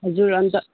हजुर अन्त